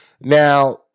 Now